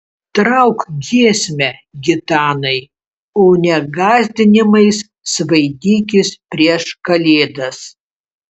trauk giesmę gitanai o ne gąsdinimais svaidykis prieš kalėdas